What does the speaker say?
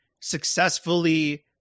successfully